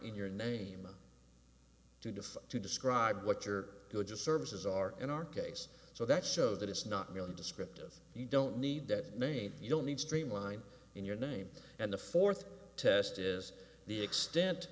in your name to define to describe what your goods or services are in our case so that show that it's not really descriptive you don't need that made you don't need streamline in your name and the fourth test is the extent